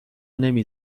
نمی